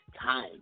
time